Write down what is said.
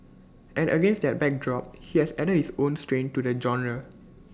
and against that backdrop he has added his own strain to the genre